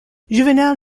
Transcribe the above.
juvénal